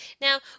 Now